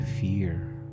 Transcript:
fear